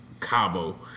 Cabo